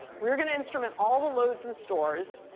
we're going to instrument all the loads and stores,